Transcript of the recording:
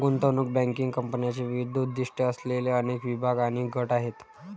गुंतवणूक बँकिंग कंपन्यांचे विविध उद्दीष्टे असलेले अनेक विभाग आणि गट आहेत